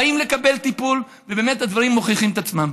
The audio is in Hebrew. באים לקבל טיפול ובאמת הדברים מוכיחים את עצמם.